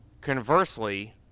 Conversely